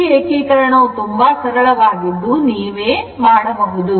ಈ ಏಕೀಕರಣವು ತುಂಬಾ ಸರಳವಾಗಿದ್ದು ನೀವೇ ಮಾಡಬಹುದು